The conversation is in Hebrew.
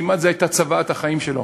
כמעט זו הייתה צוואת החיים שלו: